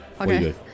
okay